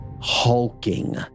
hulking